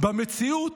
במציאות,